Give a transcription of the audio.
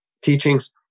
teachings